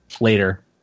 later